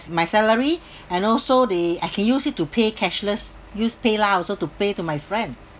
it's my salary and also the I can use it to pay cashless use PayLah also to pay to my friend